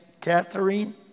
Catherine